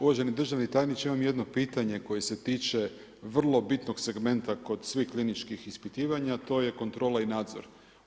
Uvaženi državni tajniče imam jedno pitanje koje se tiče vrlo bitnog segmenta kod svih kliničkih ispitivanja, a to je kontrola i nadzor.